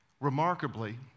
remarkably